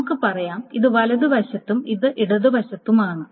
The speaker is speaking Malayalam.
നമുക്ക് പറയാം ഇത് വലതുവശത്തും ഇത് ഇടതുവശത്തുമാണ്